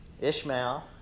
Ishmael